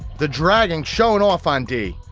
the dragons showing off on dee.